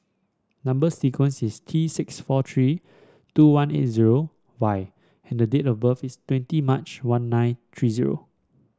number sequence is T six four three two one eight zero Y and the date of birth is twenty March one nine three zero